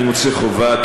אני מוצא חובה,